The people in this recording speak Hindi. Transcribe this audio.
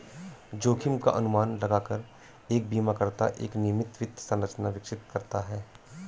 जोखिम का अनुमान लगाकर एक बीमाकर्ता एक नियमित वित्त संरचना विकसित करता है